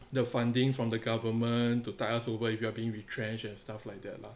the funding from the government to tide us over if you are being retrenched and stuff like that lah